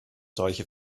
solche